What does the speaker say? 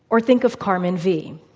or think of carmen v,